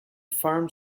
farm